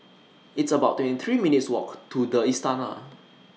It's about twenty three minutes' Walk to The Istana